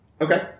Okay